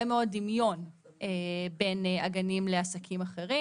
מאוד דמיון בין הגנים לבין עסקים אחרים.